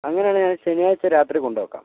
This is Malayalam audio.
അങ്ങനെയാണെങ്കിൽ ഞാൻ ശനിയാഴ്ച്ച രാത്രി കൊണ്ടുവെക്കാം